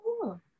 cool